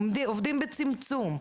עובדים בצמצום,